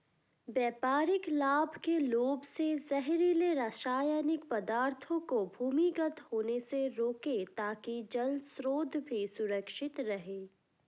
व्यापारिक लाभ के लोभ से जहरीले रासायनिक पदार्थों को भूमिगत होने से रोकें ताकि जल स्रोत भी सुरक्षित रहे